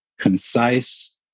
concise